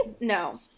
No